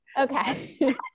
Okay